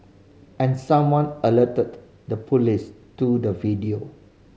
and someone alerted the police to the video